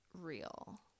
real